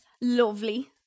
Lovely